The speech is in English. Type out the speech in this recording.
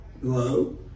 Hello